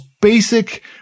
basic